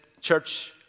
church